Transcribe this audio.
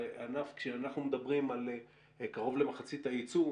כשאנחנו מדברים על קרוב למחצית הייצוא,